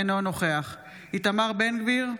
אינו נוכח איתמר בן גביר,